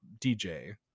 DJ